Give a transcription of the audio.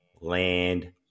land